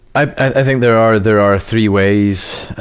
i, i think there are, there are three ways,